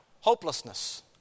Hopelessness